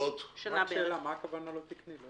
מה הכוונה, לא תקני?